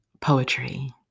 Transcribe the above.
Poetry